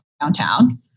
downtown